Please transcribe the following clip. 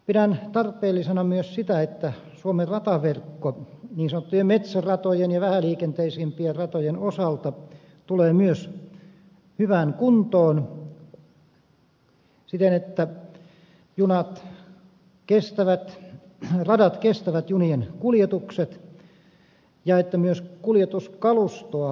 pidän tarpeellisena myös sitä että suomen rataverkko niin sanottujen metsäratojen ja vähäliikenteisimpien ratojen osalta tulee myös hyvään kuntoon siten että radat kestävät junien kuljetukset ja että myös kuljetuskalustoa hankittaisiin riittävästi